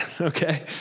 okay